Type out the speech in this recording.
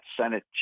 Senate